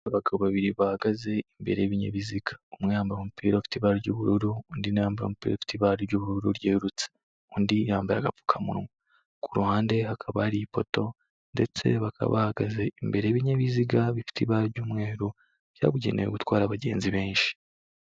Abagabo babiri bahagaze imbere y'ibinyabiziga, umwe yambaye umupira ufite ibara ry'ubururu, undi na we yambaye umupira ufite ibara ry'ubururu ryerutse, undi yambaye agapfukamunwa, ku ruhande hakaba hari ifoto ndetse bakaba ahahagaze imbere y'ibinyabiziga bifite ibara ry'umweru byabugenewe gutwara abagenzi benshi.